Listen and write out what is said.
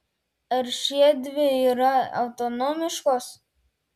ar šiedvi yra autonomiškos